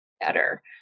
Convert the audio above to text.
better